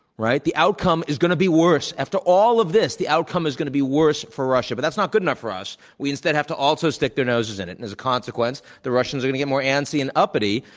right? the outcome is going to be worse after all of this, the outcome is going to be worse for russia. but that's not good enough for us. we, instead, have to also stick their noses in it. and, as a consequence, the russians are going to get more antsy and uppity.